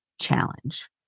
challenge